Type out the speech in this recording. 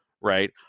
Right